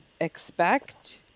expect